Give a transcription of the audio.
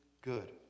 good